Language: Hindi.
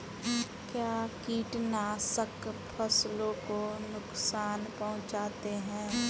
क्या कीटनाशक फसलों को नुकसान पहुँचाते हैं?